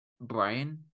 Brian